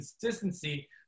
consistency